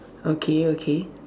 okay okay